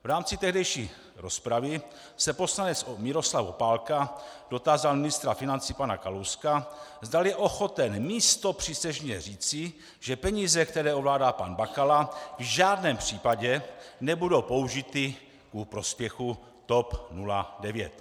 V rámci tehdejší rozpravy se poslanec Miroslav Opálka dotázal ministra financí pana Kalouska, zdali je ochoten místopřísežně říci, že peníze, které ovládá pan Bakala, v žádném případě nebudou použity ku prospěchu TOP 09.